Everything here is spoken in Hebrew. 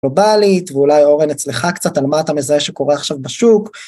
גלובלית, ואולי אורן אצלך קצת על מה אתה מזהה שקורה עכשיו בשוק